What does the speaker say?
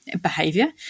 behavior